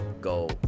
go